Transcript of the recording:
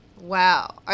Wow